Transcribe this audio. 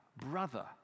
brother